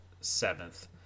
seventh